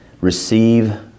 receive